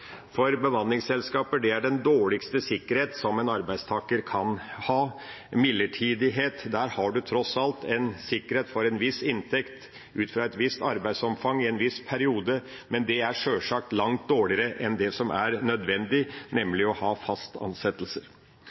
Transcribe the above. bemanningsselskaper, for bemanningsselskaper er den dårligste sikkerhet en arbeidstaker kan ha. Når det gjelder midlertidighet, har man tross alt en sikkerhet for en viss inntekt ut fra et visst arbeidsomfang i en viss periode, men det er sjølsagt langt dårligere enn det som er nødvendig, nemlig å ha fast